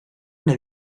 una